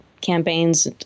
campaigns